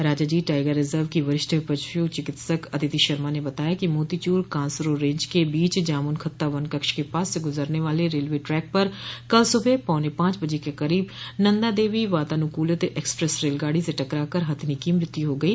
Rajaji tiger reserve की वरिष्ठ पश् चिकित्सक अदिति शर्मा ने बताया कि मोतीचूर कांसरो रेंज के बीच जामुन खत्ता वन कक्ष के पास से गुजरने वाले रेलवे ट्रैक पर कल सुबह पौने पांच बजे के करीब नन्दा देवी वातानुकूलित एक्सप्रेस रेलगाड़ी से टकरा कर हथिनी की मृत्यु हो गयी